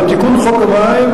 בתיקון חוק המים,